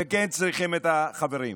וכן צריכים את החברים שלנו,